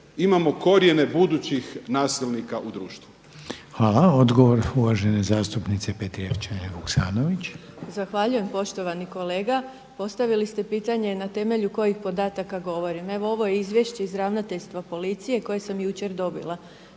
imamo korijene budućih nasilnika u društvu. **Reiner, Željko (HDZ)** Hvala. Odgovor uvažene zastupnice Petrijevčanin Vuksanović. **Petrijevčanin Vuksanović, Irena (HDZ)** Hvala poštovani kolega. Postavili ste pitanje na temelju kojih podataka govorim. Evo ovo je izvješće iz ravnateljstva policije koje sam jučer dobila.